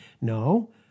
No